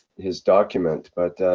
his document. but.